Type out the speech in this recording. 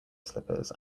slippers